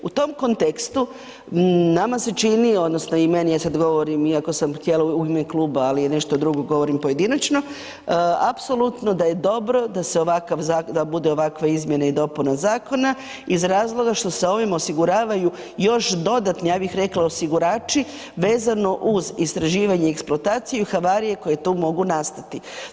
U tom kontekstu, nama se čini, odnosno i meni, sad govorim, iako sam htjela u ime kluba, ali nešto drugo govorim pojedinačno, apsolutno da je dobro da se ovakav, da bude ovakva izmjene i dopune zakona iz razloga što se ovim osiguravaju još dodatni, ja bih rekla osigurači vezano uz istraživanje i eksploataciju i havarije koje tu mogu nastati.